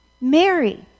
Mary